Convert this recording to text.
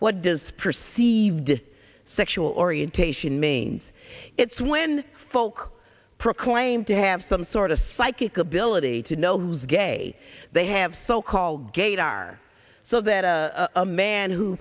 what does perceived sexual orientation means it's when folk proclaim to have some sort of psychic ability to know who's gay they have so called gaydar so that a a man who